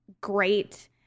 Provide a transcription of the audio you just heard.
great